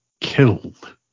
killed